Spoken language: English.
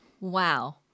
Wow